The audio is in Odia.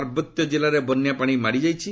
ପାର୍ବତ୍ୟ ଜିଲ୍ଲାରେ ବନ୍ୟାପାଣି ମାଡ଼ି ଯାଇଛି